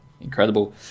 incredible